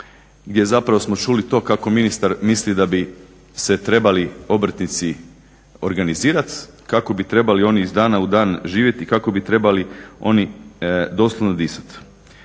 gdje zapravo smo čuli to kako ministar misli da bi se trebali obrtnici organizirati, kako bi trebali oni iz dana u dan živjeti i kako bi trebali oni doslovno disati.